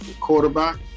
quarterback